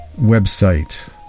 website